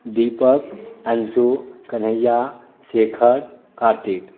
Deepak Anshu Kanhaiya Shekhar Kartik